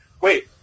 Wait